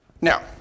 Now